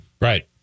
Right